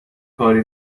کاری